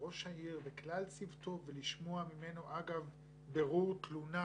ראש העיר וכלל צוותו ולשמוע ממנו אגב בירור תלונה